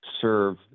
serve